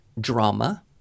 drama